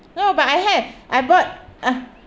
no but I have I bought uh